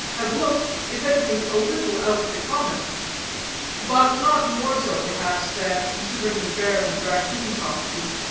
have looked, if anything, a little out of the common but not more so perhaps, than, considering the bear and raccoon costume,